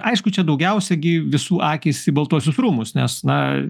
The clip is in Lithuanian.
aišku čia daugiausia gi visų akys į baltuosius rūmus nes na